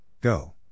Go